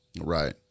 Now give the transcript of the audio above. Right